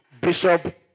Bishop